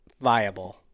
viable